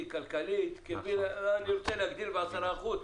כלכלית שלא אספיק אבל אני רוצה להגדיל ב-10%.